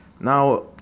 Now